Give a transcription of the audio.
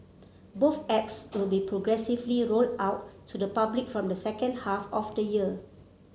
both apps will be progressively rolled out to the public from the second half of the year